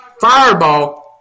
fireball